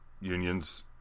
unions